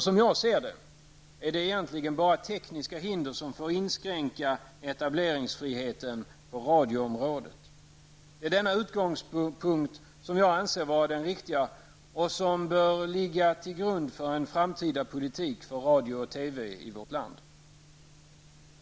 Som jag ser det är det egentligen bara tekniska hinder som får inskränka etableringsfriheten på radioområdet. Det är denna utgångspunkt som jag anser vara den riktiga och som bör ligga till grund för en framtida politik för radio och TV i vårt land.